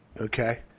Okay